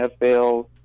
NFL